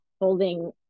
holding